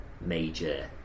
major